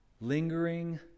lingering